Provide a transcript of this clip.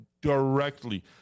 directly